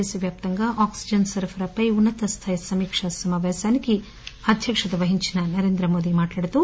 దేశ వ్యాప్తంగా ఆక్పిజన్ సరఫరాపై ఉన్న తస్థాయి సమీకా సమాపేశానికి అధ్యక్షత వహించి నరేంద్రమోది మాట్లాడుతూ